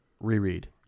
reread